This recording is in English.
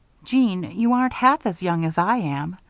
jeanne, you aren't half as young as i am.